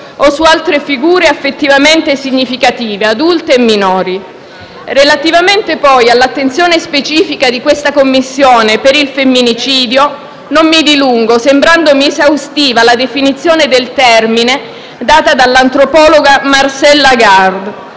o su altre figure affettivamente significative, adulte e minori. Relativamente, poi, all'attenzione specifica di questa Commissione per il femminicidio, non mi dilungo, sembrandomi esaustiva la definizione del termine data dall'antropologa Marcela Lagarde: